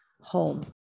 home